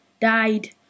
died